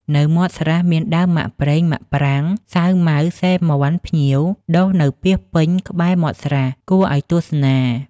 នៅមាត់ស្រះ មានដើមមាក់ប្រេង មាក់ប្រាង សាវម៉ាវ សិរមាន់ ភ្ញៀវ ដុះនៅពាសពេញក្បែរមាត់ស្រះ គួរឲ្យទស្សនា។